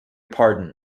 pardon